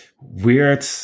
weird